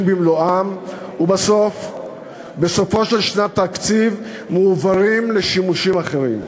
במלואם ובסופה של שנת תקציב מועברים לשימושים אחרים.